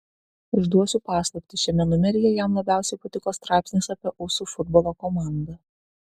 išduosiu paslaptį šiame numeryje jam labiausiai patiko straipsnis apie usų futbolo komandą